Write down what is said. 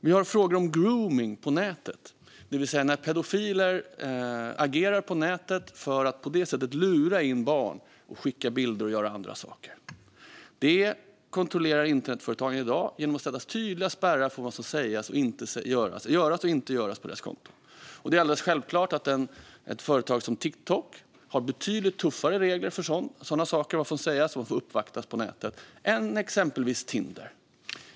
Vi har frågor om gromning på nätet, det vill säga när pedofiler agerar på nätet för att på det sättet lura barn att skicka bilder och göra andra saker. Detta kontrollerar internetföretagen i dag genom att sätta tydliga spärrar för vad som får göras och inte göras på deras konton. Det är alldeles självklart att ett företag som Tiktok har betydligt tuffare regler för sådant - vad som får sägas och hur användare får uppvaktas på nätet - än exempelvis Tinder.